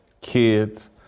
kids